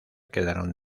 quedaron